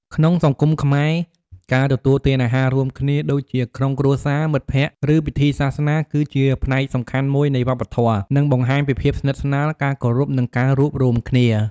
ក្នុងសង្គមខ្មែរ ការទទួលទានអាហាររួមគ្នាដូចជា ក្នុងគ្រួសារ មិត្តភក្តិ ឬពិធីសាសនា គឺជាផ្នែកសំខាន់មួយនៃវប្បធម៌ និងបង្ហាញពីភាពស្និទ្ធស្នាល ការគោរព និងការរួបរួមគ្នា។